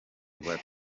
rwa